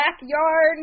backyard